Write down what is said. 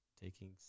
taking